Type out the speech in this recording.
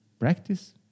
Practice